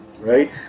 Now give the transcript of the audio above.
right